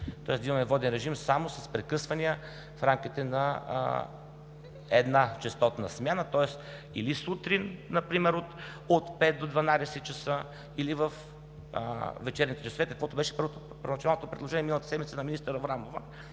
тоест да имаме воден режим само с прекъсвания в рамките на една честотна смяна, тоест или сутрин например от 5,00 ч. до 12,00 ч., или във вечерните часове, каквото беше първоначалното предложение миналата седмица на министър Аврамова